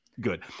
good